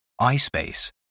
iSpace